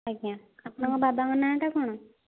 ଆଜ୍ଞା ଆପଣଙ୍କ ବାବାଙ୍କ ନାଁ ଟା କ'ଣ